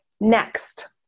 Next